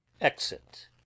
exit